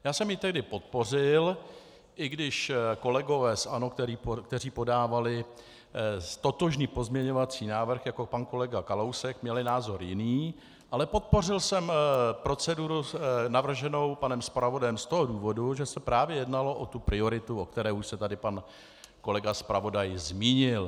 Já jsem ji tehdy podpořil, i když kolegové z ANO, kteří podávali totožný pozměňovací návrh jako pan kolega Kalousek, měli názor jiný, ale podpořil jsem proceduru navrženou panem zpravodajem z toho důvodu, že se právě jednalo o tu prioritu, o které už se tady pan kolega zpravodaj zmínil.